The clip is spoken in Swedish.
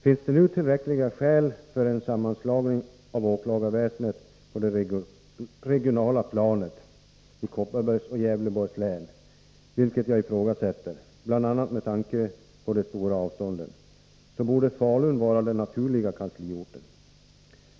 Finns det nu tillräckliga skäl för en sammanslagning av åklagarväsendet på det regionala planet i Kopparbergs och Gävleborgs län — vilket jag ifrågasätter, bl.a. med tanke på de stora avstånden — borde Falun vara den naturliga kansliorten.